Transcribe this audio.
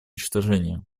уничтожения